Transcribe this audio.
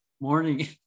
Morning